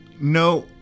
No